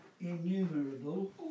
innumerable